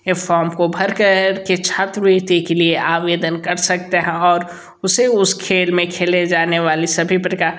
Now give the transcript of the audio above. form को भर कर के छात्रवृति के लिए आवेदन कर सकता है और उसे उस खेल में खेले जाने वाली सभी प्रका